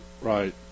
right